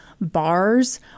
bars